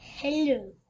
Hello